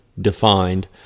defined